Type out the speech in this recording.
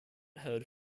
heard